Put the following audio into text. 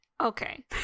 okay